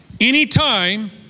Anytime